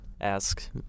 ask